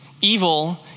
Evil